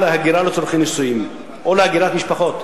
להגירה לצורכי נישואים או להגירת משפחות.